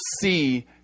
see